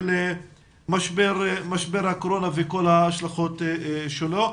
של משבר הקורונה וכל ההשלכות שלו.